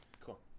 Cool